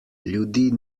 ljudi